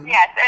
Yes